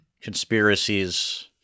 conspiracies